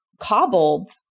cobbled